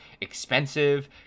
expensive